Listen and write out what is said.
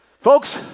Folks